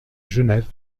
genève